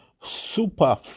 super